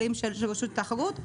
כלים של רשות התחרות,